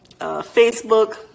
Facebook